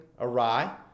awry